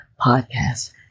podcast